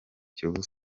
kiyovu